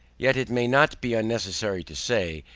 yet it may not be unnecessary to say,